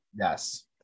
Yes